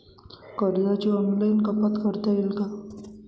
कर्जाची ऑनलाईन कपात करता येईल का?